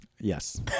Yes